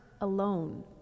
alone